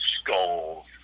skulls